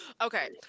Okay